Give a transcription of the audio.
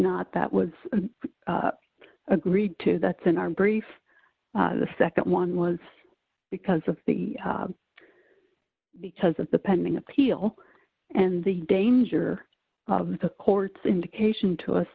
not that was agreed to that's in our brief the nd one was because of the because of the pending appeal and the danger of the court's indication to us